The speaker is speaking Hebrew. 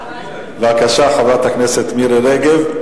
בבקשה, חברת הכנסת מירי רגב.